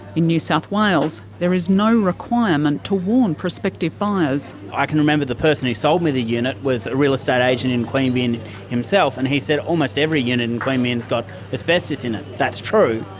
in new south wales, there is no requirement to warn prospective buyers. i can remember the person who sold me the unit was a real estate agent in queanbeyan himself and he said almost every unit in queanbeyan has got asbestos in it. that's true.